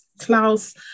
Klaus